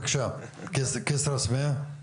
בבקשה, כסרא-סמיע.